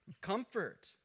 comfort